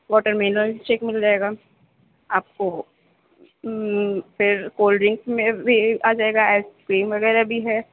watermelon shake مل جائے گا آپ کو پھر کولڈ ڈرنکس میں بھی آ جائے گا آئس کریم وغیرہ بھی ہے